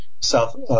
South